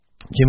Jimmy